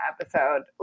episode